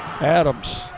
Adams